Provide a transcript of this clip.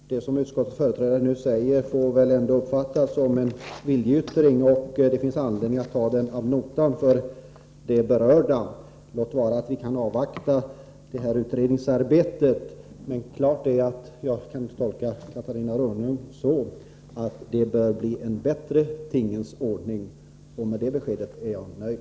Herr talman! Det som utskottets företrädare här sade får väl uppfattas som en viljeyttring. Det finns anledning för de berörda att ta denna ad notam. Låt vara att vi kan avvakta utredningsarbetet, men jag tolkar Catarina Rönnung så, att det bör bli en bättre tingens ordning. Med det beskedet är jag nöjd.